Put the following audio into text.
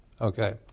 Okay